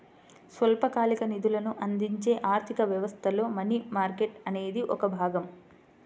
స్వల్పకాలిక నిధులను అందించే ఆర్థిక వ్యవస్థలో మనీ మార్కెట్ అనేది ఒక భాగం